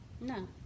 No